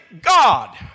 God